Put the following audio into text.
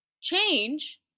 change